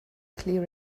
clear